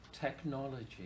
technology